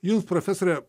jums profesore